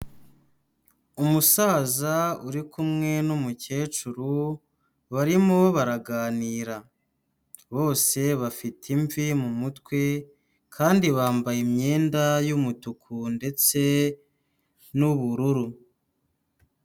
Umusaza uri kumwe n'umukecuru barimo baraganira, bose bafite imvi mu mutwe kandi bambaye imyenda y'umutuku ndetse n'ubururu.